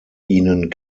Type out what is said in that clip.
ihnen